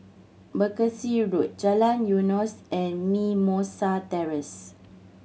Berkshire Road Jalan Eunos and Mimosa Terrace